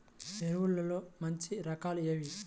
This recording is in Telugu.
ఎరువుల్లో మంచి రకాలు ఏవి?